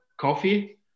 coffee